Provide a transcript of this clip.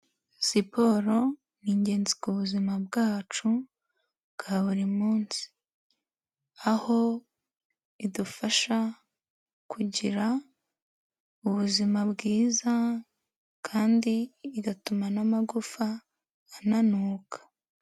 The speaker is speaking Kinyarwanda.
Siporo ni ingenzi ku buzima bwacu bwa buri munsi, aho idufasha kugira ubuzima bwiza kandi igatuma n'amagufa ananuka.